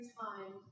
time